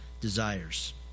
desires